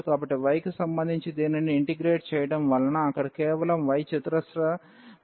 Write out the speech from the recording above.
కాబట్టి y కి సంబంధించి దీనిని ఇంటిగ్రేట్ చేయడం వలన అక్కడ కేవలం y చతురస్ర పదం ఉంటుంది